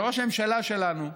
של ראש הממשלה שלנו,